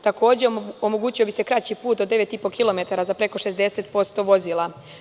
Takođe, omogućio bi se kraći put od 9,5 km za preko 60% vozila.